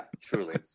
truly